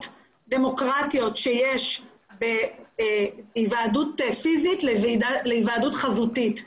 דמוקרטיות שיש בהיוועדות פיזית להיוועדות חזותית.